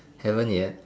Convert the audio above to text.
haven't yet